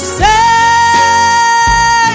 say